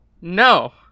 No